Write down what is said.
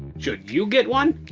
should you get one?